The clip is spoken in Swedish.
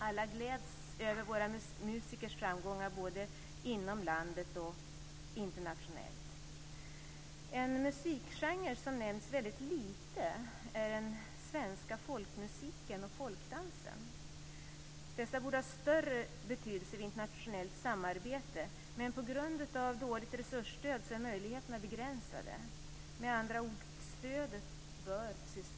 Alla gläds över våra musikers framgångar både inom landet och internationellt. En musikgenre som nämns väldigt lite är den svenska folkmusiken och folkdansen. Dessa borde ha större betydelse vid internationellt samarbete, men på grund av dåligt resursstöd är möjligheterna begränsade. Med andra ord: Stödet bör ses över.